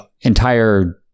entire